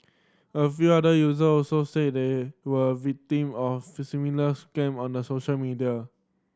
a few other user also said they were victim of fee similar scam on the social media